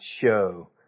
show